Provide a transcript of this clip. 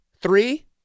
Three